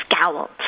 scowled